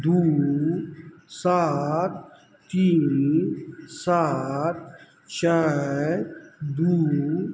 दू सात तीन सात चारि दू